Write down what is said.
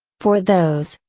for those,